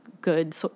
good